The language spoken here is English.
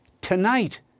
tonight